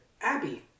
Abby